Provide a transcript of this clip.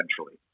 essentially